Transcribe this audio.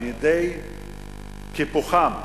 על-ידי קיפוחם.